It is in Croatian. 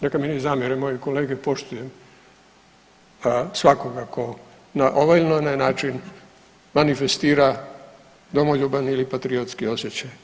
Neka mi ne zamjere moji kolege poštujem svakoga tko na ovaj ili onaj način manifestiran domoljuban ili patriotski osjećaj.